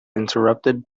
interrupted